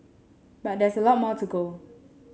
but there's a lot more to go